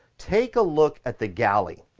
take a look at the galley.